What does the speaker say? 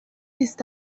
نیست